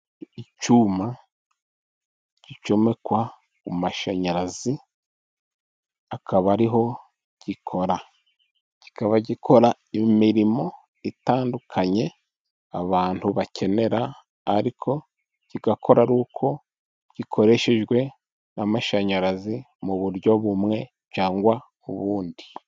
Icyuma gicomekwa ku mashanyarazi akaba ariho gikora, kikaba gikora imirimo itandukanye abantu bakenera, ariko kigakora ari uko gikoreshejwe n'amashanyarazi, mu buryo bumwe cyangwa ubundi.